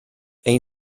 ein